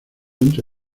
entre